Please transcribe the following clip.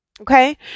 Okay